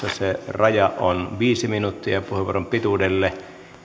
raja on viisi minuuttia puheenvuoron pituudelle